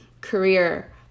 career